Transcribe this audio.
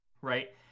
right